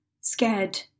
scared